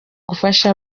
gufasha